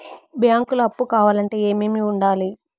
బ్యాంకులో అప్పు కావాలంటే ఏమేమి ఉండాలి?